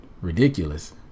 ridiculous